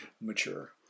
mature